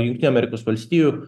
jungtinių amerikos valstijų